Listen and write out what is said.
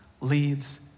leads